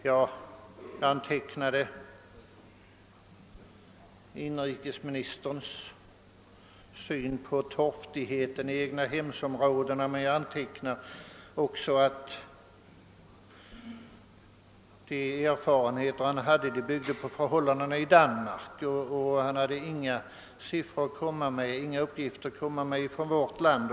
Jag antecknade inrikesministerns syn på torftigheten i egnahemsområdena, men jag antecknade också att de erfarenheter han hade att redovisa byggde på förhållandena i Danmark och att han inte hade några uppgifter att komma med från vårt eget land.